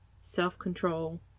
self-control